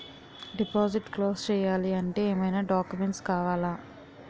Deposit close చేయాలి అంటే ఏమైనా డాక్యుమెంట్స్ కావాలా?